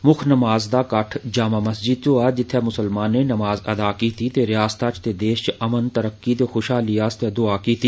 मुक्ख नमाज दा किट्ठ जामा मस्जिद च दोआ जित्थे मुसलमाने नमाज अदा कीती ते रिआसता च ते देश च अमन तरक्की ते खुशहाली आस्तै दुआ कीती